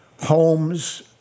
homes